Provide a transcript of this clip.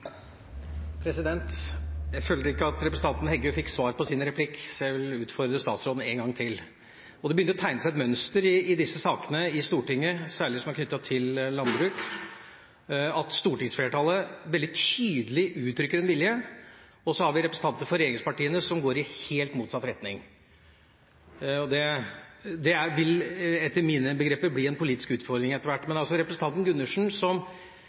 Heggø fikk svar på sin replikk, så jeg vil utfordre statsråden én gang til. Det begynner å tegne seg et mønster i disse sakene i Stortinget, særlig dem som er knyttet til landbruk, at stortingsflertallet veldig tydelig uttrykker én vilje, og så har vi representanter for regjeringspartiene som går i helt motsatt retning. Det vil etter mine begreper bli en politisk utfordring etter hvert.